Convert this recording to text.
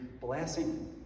blessing